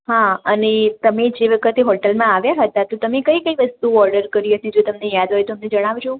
હા અને તમે જે વખતે હોટેલમાં આવ્યા હતા તો તમે કઈ કઈ વસ્તુ ઓર્ડર કરી હતી જો તમને યાદ હોય તો અમને જણાવજો